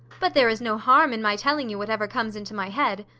but there is no harm in my telling you whatever comes into my head!